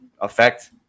affect